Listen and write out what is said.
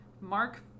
Mark